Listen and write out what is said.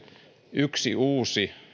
yksi uusi